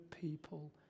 people